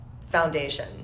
foundation